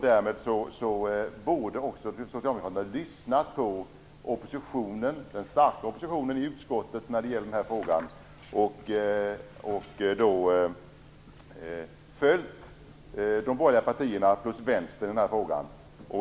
Därför borde också ni socialdemokrater ha lyssnat på den starka oppositionen i utskottet och följt de borgerliga partierna plus Vänstern i denna fråga.